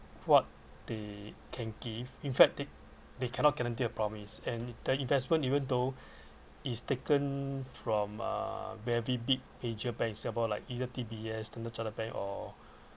what they can give in fact they cannot guarantee a promise and the investment even though is taken from uh very big major bank say about like either D_B_S Standard Chartered bank or